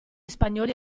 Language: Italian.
spagnoli